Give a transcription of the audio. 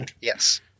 yes